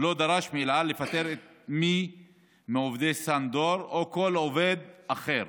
לא דרש מאל על לפטר מי מעובדי סאן דור או כל עובד אחר.